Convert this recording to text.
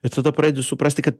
ir tada pradedi suprasti kad